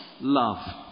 love